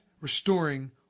restoring